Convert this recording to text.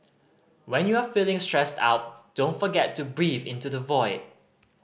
when you are feeling stressed out don't forget to breathe into the void